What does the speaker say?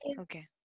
okay